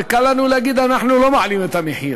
וקל לנו להגיד: אנחנו לא מעלים את המחיר.